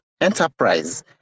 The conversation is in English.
Enterprise